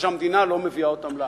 והמדינה לא מביאה אותם לארץ,